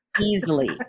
Easily